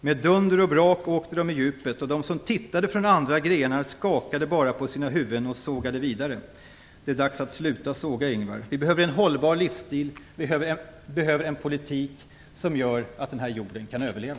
Med dunder och brak åkte de i djupet, och de som tittade från andra grenar skakade bara på sina huvuden och sågade vidare. Det är dags att sluta såga, Ingvar Carlsson. Vi behöver en hållbar livsstil. Vi behöver en politik som gör att den här jorden kan överleva.